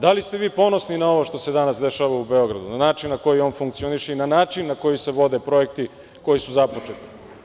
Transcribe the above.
Da li ste vi ponosni na ovo što se danas dešava u Beogradu, na način na koji on funkcioniše i na način na koji se vode projekti koji su započeti?